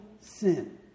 sin